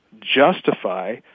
justify